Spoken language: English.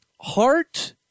Heart